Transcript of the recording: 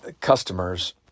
customers